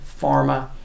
pharma